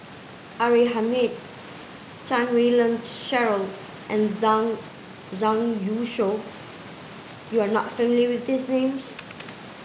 R A Hamid Chan Wei Ling Cheryl and Zhang Zhang Youshuo you are not familiar with these names